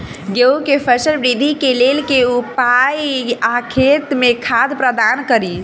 गेंहूँ केँ फसल वृद्धि केँ लेल केँ उपाय आ खेत मे खाद प्रदान कड़ी?